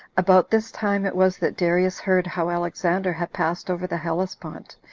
about this time it was that darius heard how alexander had passed over the hellespont,